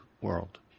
World